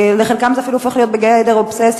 ולחלקן זה אפילו הופך להיות בגדר אובססיה,